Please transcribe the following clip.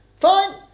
Fine